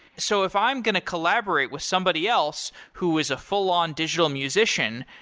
so if i'm going to collaborate with somebody else who is a full-on digital musician,